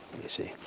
you see.